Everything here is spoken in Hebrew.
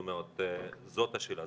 זאת השאלה.